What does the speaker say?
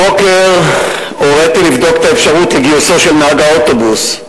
הבוקר הוריתי לבדוק את האפשרות לגיוסו של נהג האוטובוס,